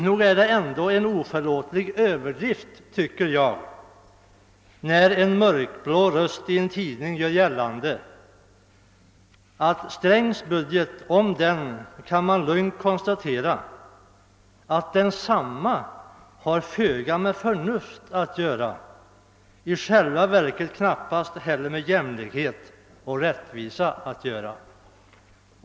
Nog är det ändå en oförlåtlig överdrift, tycker jag, när en »mörkblå röst« i en tidning gör gällande att det om herr Strängs budget lugnt kan konstateras att den har föga med förnuft och i själva verket knappast heller något med jämlikhet och rättvisa att göra.